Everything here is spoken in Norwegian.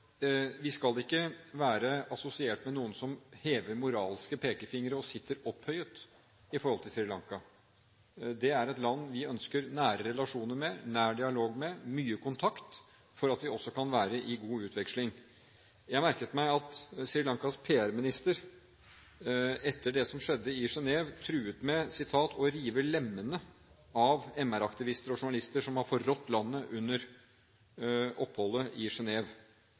vi ikke skal være assosiert med noen som hever moralske pekefingre mot og sitter opphøyd i forhold til Sri Lanka. Dette er et land vi ønsker nære relasjoner med, nær dialog og mye kontakt med, for å kunne være i god utveksling. Jeg har merket meg at Sri Lankas PR-minister etter det som skjedde i Genève, truet med: å rive lemmene av MR-aktivister og journalister som har forrådt landet under oppholdet i